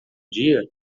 dia